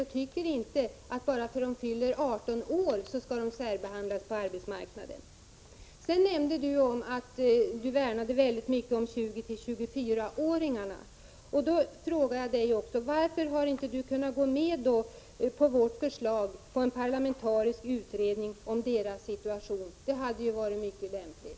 De tycker inte att de skall särbehandlas på arbetsmarknaden bara därför att de fyllt 18 år. Sedan värnade ni mycket om 20-24-åringarna. Varför har ni inte kunnat ansluta er till vårt förslag om en parlamentarisk utredning om den kategorins situation? Det hade varit mycket lämpligt.